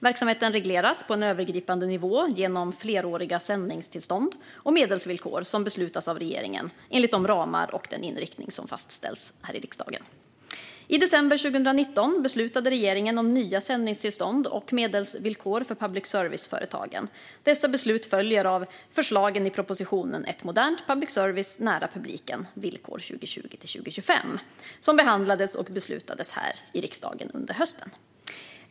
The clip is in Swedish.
Verksamheten regleras på en övergripande nivå genom fleråriga sändningstillstånd och medelsvillkor som beslutas av regeringen enligt de ramar och den inriktning som fastställs här i riksdagen. I december 2019 beslutade regeringen om nya sändningstillstånd och medelsvillkor för public service-företagen. Dessa beslut följer av förslagen i propositionen Ett modernt public service nära publiken - villkor 2020 - 2025 , som behandlades och beslutades här i riksdagen under hösten.